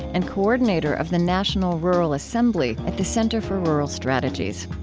and coordinator of the national rural assembly, at the center for rural strategies.